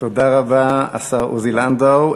תודה רבה, השר עוזי לנדאו.